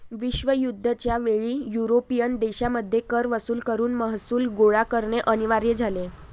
विश्वयुद्ध च्या वेळी युरोपियन देशांमध्ये कर वसूल करून महसूल गोळा करणे अनिवार्य झाले